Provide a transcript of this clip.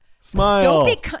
smile